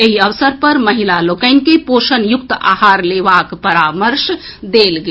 एहि अवसर पर महिला लोकनि के पोषण युक्त आहार लेबाक परामर्श देल गेल